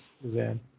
Suzanne